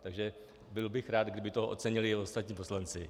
Takže byl bych rád, kdyby to ocenili i ostatní poslanci.